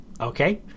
okay